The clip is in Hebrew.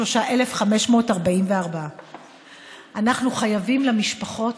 23,544. אנחנו חייבים למשפחות,